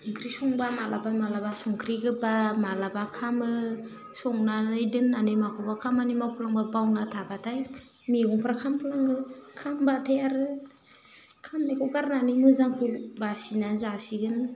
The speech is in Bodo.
ओंख्रि संबा मालाबा मालाबा संख्रि गोबाब मालाबा खामो संनानै दोन्नानै माखौबा खामानि मावफ्लांबा बावना थाबाथाय मेगंफ्रा खामफ्लाङो खामबाथाय आरो खामनायखौ गारनानै मोजांखौ बासिनानै जासिगोन